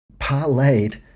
parlayed